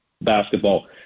basketball